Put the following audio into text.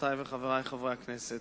חברותי וחברי חברי הכנסת,